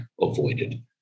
avoided